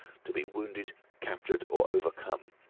to be wounded, captured, or overcome,